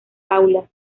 aulas